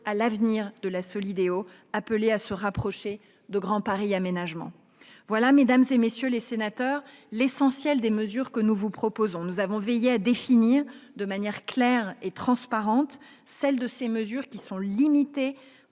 à l'avenir de la Solideo, appelée à se rapprocher de Grand Paris Aménagement. Voilà, mesdames, messieurs les sénateurs, l'essentiel des dispositions que nous vous soumettons. Nous avons veillé à définir, de manière claire et transparente, celles qui sont limitées